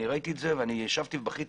ראיתי את זה וישבתי ובכיתי.